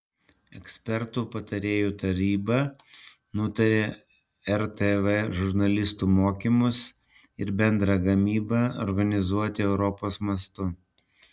ekspertų patarėjų taryba nutarė rtv žurnalistų mokymus ir bendrą gamybą organizuoti europos mastu